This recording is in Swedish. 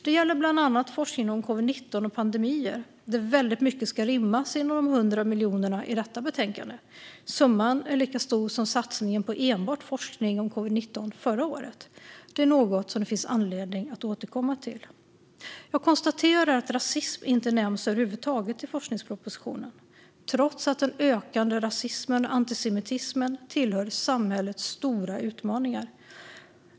Det gäller bland annat forskningen om covid-19 och pandemier, där väldigt mycket ska rymmas inom de 100 miljonerna i detta betänkande. Summan är lika stor som satsningen på enbart forskning om covid-19 förra året. Det är något som det finns anledning att återkomma till. Jag konstaterar att rasism inte nämns över huvud taget i forskningspropositionen, trots att den ökande rasismen och antisemitismen hör till samhällets stora utmaningar.